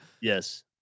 Yes